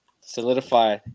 solidify